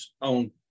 on